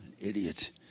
Idiot